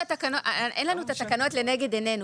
אין לנו את התקנות לנגד עינינו,